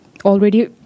already